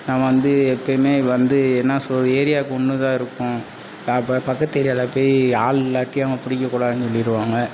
நான் வந்து எப்போயுமே வந்து என்ன சொல்கிறது ஏரியாக்கு ஒன்றுதான் இருக்கும் பக்கத்து ஏரியாவில் போய் ஆள் இல்லாட்டியும் பிடிக்கக்கூடாதுன்னு சொல்லிடுவாங்க